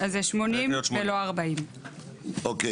אז זה 80. זה 80 ולא 40. צריך להיות 80. אוקיי.